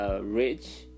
rich